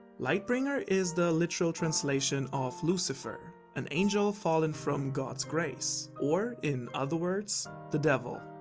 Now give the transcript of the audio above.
light bringer is the literal translation of lucifer. an angel fallen from god's grace. or in other words the devil.